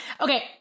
Okay